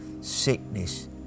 sickness